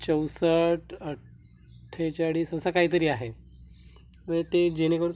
चौसष्ट अठ्ठेचाळीस असा काहीतरी आहे मग ते जेणेकरून